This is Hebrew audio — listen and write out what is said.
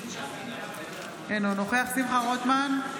אינו נוכח שמחה רוטמן,